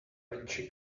vinci